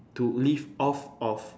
to live off of